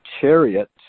chariot